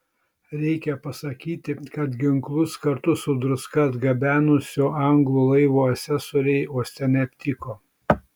reikia pasakyti kad ginklus kartu su druska atgabenusio anglų laivo asesoriai uoste neaptiko